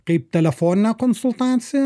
kaip telefoninę konsultaciją